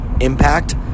impact